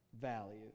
value